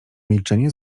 milczenie